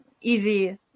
easy